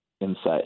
insight